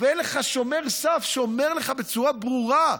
ואין לך שומר סף שאומר לך בצורה ברורה: